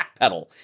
backpedal